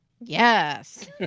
yes